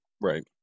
Right